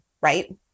right